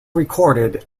recorded